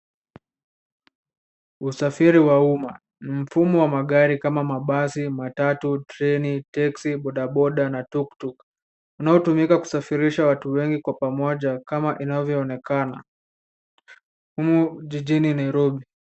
Usafiri wa umma. Mfumo wa magari kama mabasi , matatu, treni, teksi bodaboda na tuktuk unaotumika kusafirisha watu wengi kwa pamoja kama inavyoonekana humu jijini Nairobi.